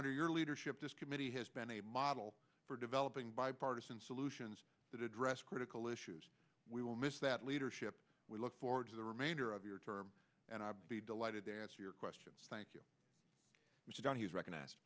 under your leadership this committee has been a model for developing bipartisan solutions that address critical issues we will miss that leadership we look forward to the remainder of your term and i'll be delighted their answer your questions thank you mr dunn has recognized